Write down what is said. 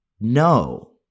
No